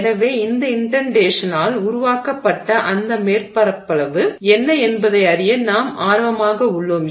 எனவே அந்த இன்டென்டேஷனால் உருவாக்கப்பட்ட அந்த மேற்பரப்பளவு என்ன என்பதை அறிய நாம் ஆர்வமாக உள்ளோம்